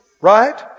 Right